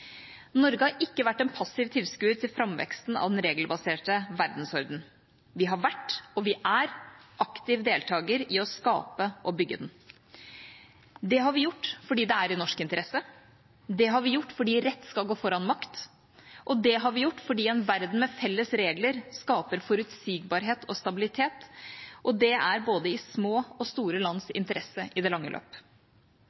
Norge har ikke vært en passiv tilskuer til framveksten av den regelbaserte verdensordenen. Vi har vært – og er – en aktiv deltaker i å skape og bygge den. Det har vi gjort fordi det er i norsk interesse. Det har vi gjort fordi rett skal gå foran makt. Det har vi gjort fordi en verden med felles regler skaper forutsigbarhet og stabilitet, og det er i både små og store lands